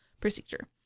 procedure